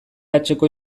hatxeko